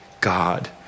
God